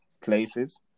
places